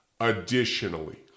Additionally